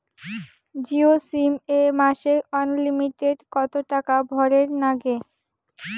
Jio sim এ মাসে unlimited কত টাকা ভরের নাগে?